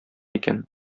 икән